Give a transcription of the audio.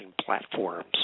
platforms